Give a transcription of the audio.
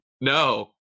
No